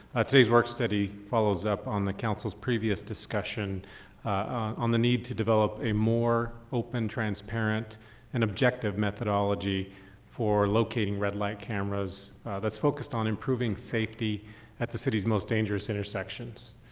ah today's work study follows up on the council sim's previous discussion on the need to develop a more open transparent and objective methodology for locating red light cameras that's focused on improving safety at the city's most dangerous intersections.